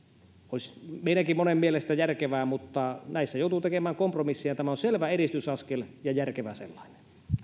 olisi monen meidänkin mielestä järkevää mutta näissä joudutaan tekemään kompromisseja tämä on selvä edistysaskel ja järkevä sellainen